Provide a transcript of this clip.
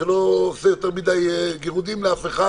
ולא עושה יותר מידי גירודים לאף אחד